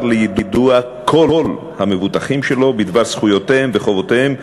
ליידוע כל המבוטחים שלו בדבר זכויותיהם וחובותיהם,